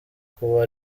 kuba